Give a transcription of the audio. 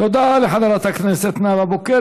תודה לחברת הכנסת נאוה בוקר.